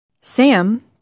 Sam